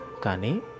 kani